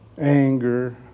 anger